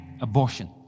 abortion